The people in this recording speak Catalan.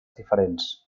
diferents